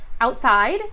outside